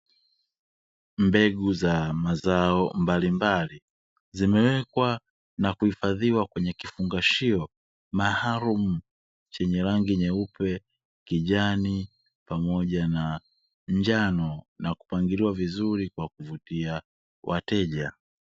Mbegu za mazao mbalimbali zimewekwa na kuhifadhiwa kwenye kifungashio maalumu chenye rangi nyeupe, kijani pamoja na njano kwa kupangiliwa vizuri kwa kuvutia wateja.